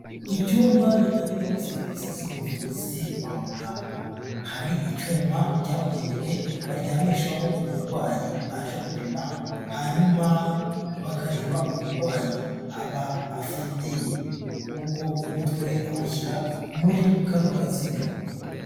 Icyumba gitangirwamo serivise z'ubuvuzi kwa muganga, hari icyuma cyabugenewe baryamishaho umurwayi baje gupima, hanyuma bakareba uburwayi aba afite kuko umutwe we awushyira muri kano kaziga.